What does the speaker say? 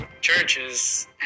churches